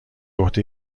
عهده